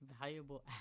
valuable